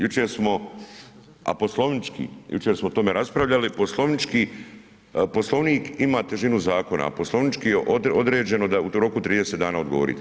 Jučer smo, a poslovnički, jučer smo o tome raspravljali, poslovnički, Poslovnik ima težinu zakona, a poslovnički je određeno da u roku od 30 odgovorite.